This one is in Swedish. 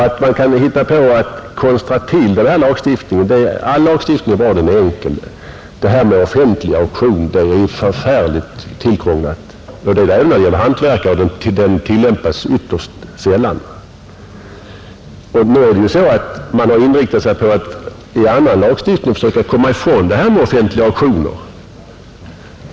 Det är bra att lagstiftning är enkel. Förfarandet med offentlig auktion är förfärligt tillkrånglat — även när det gäller hantverkare — och den lagen tillämpas ytterst sällan. Nu har man ju inriktat sig på att i annan lagstiftning söka komma ifrån offentliga auktioner.